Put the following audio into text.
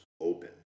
open